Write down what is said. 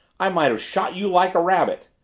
i might have shot you like a rabbit!